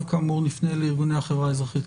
כאמור נפנה לארגוני החברה האזרחית.